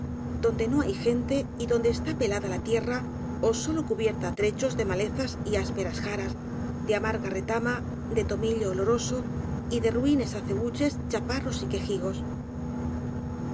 donde no hay gente y donde está pelada la tierra ó sólo cubierta á trechos de malezas y ásperas jaras de amarga re tama de tomillo oloroso y de ruines acebnches chaparros y quejigos